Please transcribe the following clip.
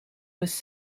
was